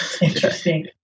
Interesting